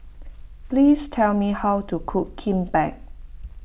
please tell me how to cook Kimbap